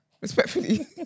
respectfully